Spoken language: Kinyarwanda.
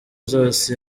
zose